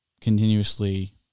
continuously